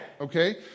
Okay